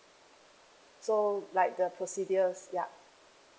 so like the procedures yeah